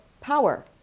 power